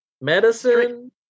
Medicine